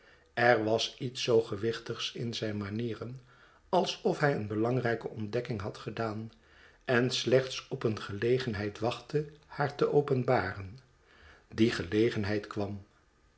er was iets zoo gewichtigs in zijn manieren alsof hij een belangrijke ontdekking had gedaan en slechts op een gelegenheid wachtte haar te openbaren die gelegenheid kwam